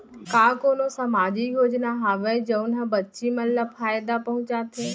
का कोनहो सामाजिक योजना हावय जऊन हा बच्ची मन ला फायेदा पहुचाथे?